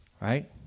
right